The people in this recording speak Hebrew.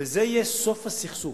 וזה יהיה סוף הסכסוך,